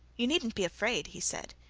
you needn't be afraid he said.